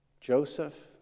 Joseph